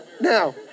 Now